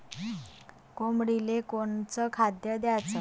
कोंबडीले कोनच खाद्य द्याच?